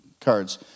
cards